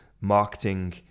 marketing